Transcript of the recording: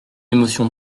émotion